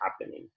happening